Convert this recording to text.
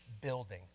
building